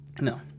No